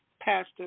Pastor